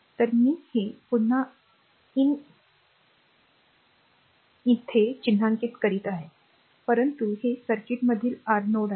तर मी हे पुन्हा आर इन शाईद्वारे चिन्हांकित करीत नाही परंतु हे सर्किटमधील r नोड आहे